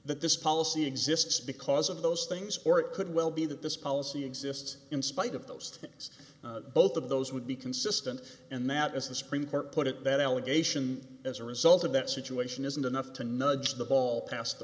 that this policy exists because of those things or it could well be that this policy exists in spite of those things both of those would be consistent and that is the supreme court put it that allegation as a result of that situation isn't enough to nudge the ball past the